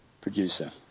producer